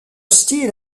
style